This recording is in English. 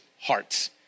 hearts